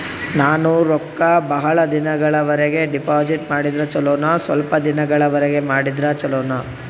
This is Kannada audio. ನಾನು ರೊಕ್ಕ ಬಹಳ ದಿನಗಳವರೆಗೆ ಡಿಪಾಜಿಟ್ ಮಾಡಿದ್ರ ಚೊಲೋನ ಸ್ವಲ್ಪ ದಿನಗಳವರೆಗೆ ಮಾಡಿದ್ರಾ ಚೊಲೋನ?